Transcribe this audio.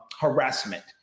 harassment